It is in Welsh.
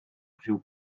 rhyw